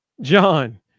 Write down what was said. John